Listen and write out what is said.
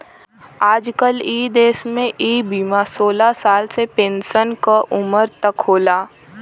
आजकल इ देस में इ बीमा सोलह साल से पेन्सन क उमर तक होला